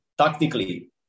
Tactically